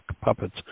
puppets